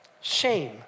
shame